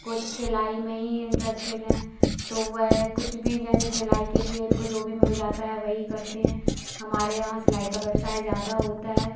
कुछ सिलाई में ही इंटरेस्टेड हैं तो वह कुछ भी जैसे सिलाई के लिए इनको जो भी मिल जाता है वही करते हैं हमारे यहाँ सिलाई का व्यवसाय ज्यादा होता है